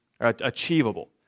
achievable